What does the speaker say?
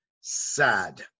sad